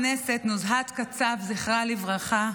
חברת הכנסת נוזהת קצב, זכרה לברכה,